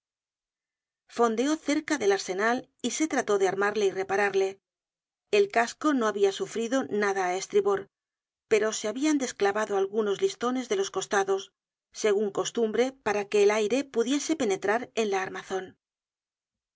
fondeó cerca del arsenal y se trató de armarle y repararle el casco no habia sufrido nada á estribor pero se habían desclavado algunos listones de los costados segun costumbre para que el aire pudiese penetrar en la armazon